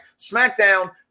SmackDown